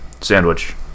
Sandwich